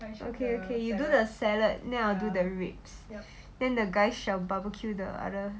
okay okay you do the salad then I will do the ribs then the guy shall barbecue the other